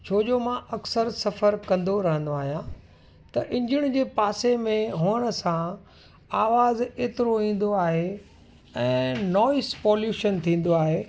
छो जो मां अकसर सफ़रु कंदो रहंदो आहियां त इंजन जे पासे में हुअण सां आवाज़ु एतिरो ईंदो आहे ऐं नॉइस पॉल्यूशन थींदो आहे